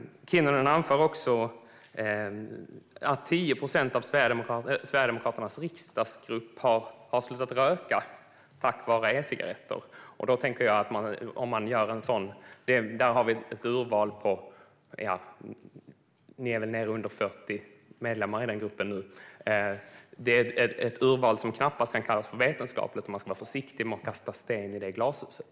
Kinnunen anför också att 10 procent av Sverigedemokraternas riksdagsgrupp har slutat röka tack vare e-cigaretter. Där är urvalet 40 medlemmar, och det kan knappast kallas vetenskapligt. Man ska vara försiktig med att kasta sten i det glashuset.